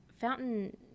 fountain